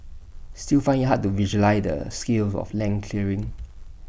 still find IT hard to visualise the scale of land clearing